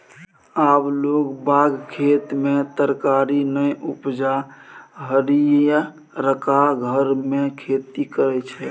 आब लोग बाग खेत मे तरकारी नै उपजा हरियरका घर मे खेती करय छै